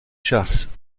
chassent